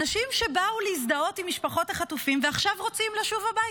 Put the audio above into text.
אנשים שבאו להזדהות עם משפחות החטופים ועכשיו רוצים לשוב הביתה.